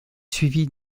suivie